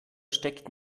steckt